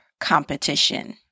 competition